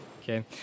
Okay